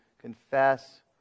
confess